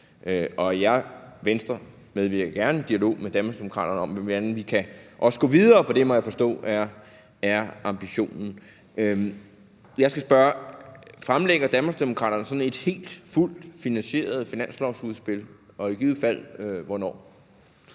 Jeg, Venstre, medvirker gerne i en dialog med Danmarksdemokraterne om, hvordan vi også kan gå videre, for det må jeg forstå er ambitionen. Jeg skal spørge: Fremlægger Danmarksdemokraterne sådan et helt, fuldt finansieret finanslovsudspil og i givet fald hvornår?